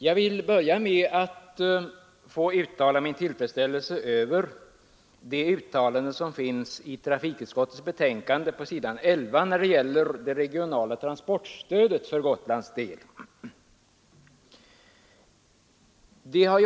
Jag vill börja med att uttrycka min tillfredsställelse över det uttalande som finns på s. 11 i trafikutskottets betänkande ang. det regionala transportstödet för Gotlands del.